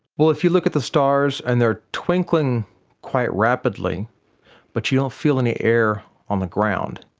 well, if you look at the stars and they are twinkling quite rapidly but you don't feel any air on the ground,